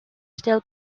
still